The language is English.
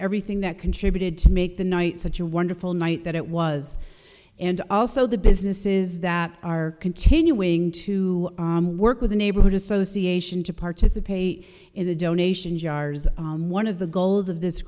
everything that contributed to make the night such a wonderful night that it was and also the businesses that are continuing to work with the neighborhood association to participate in the donation jars one of the goals of this